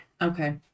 Okay